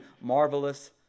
marvelous